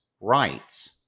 rights